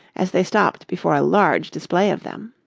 as they stopped before a large display of them.